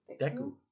Deku